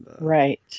Right